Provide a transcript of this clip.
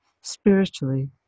spiritually